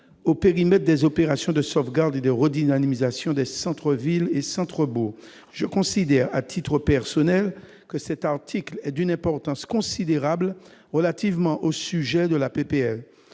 aux périmètres des opérations de sauvegarde et de redynamisation des centres-villes et centres-bourgs. Je considère, à titre personnel, que cet article est d'une importance considérable relativement au sujet de la